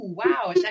wow